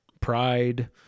pride